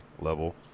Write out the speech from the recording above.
level